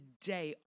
today